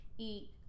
eat